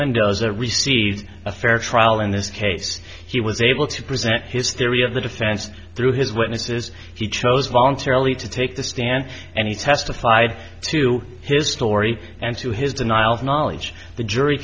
mendoza received a fair trial in this case he was able to present his theory of the defense through his witnesses he chose voluntarily to take the stand and he testified to his story and to his denials knowledge the jury